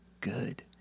good